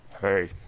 Hey